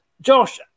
Josh